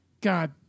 god